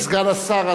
אדוני סגן השר,